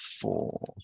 four